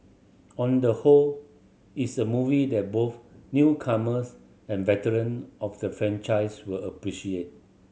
on the whole it's a movie that both newcomers and veteran of the franchise will appreciate